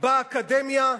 באקדמיה,